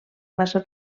massa